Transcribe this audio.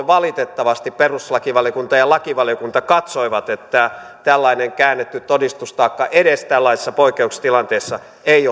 valitettavasti perustuslakivaliokunta ja lakivaliokunta katsoivat että tällainen käännetty todistustaakka edes tällaisessa poikkeustilanteessa ei